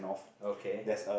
ok